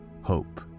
hope